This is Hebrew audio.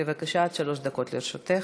בבקשה, עד שלוש דקות לרשותך.